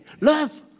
Love